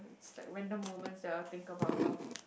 it's like when the moment's here I'll think about her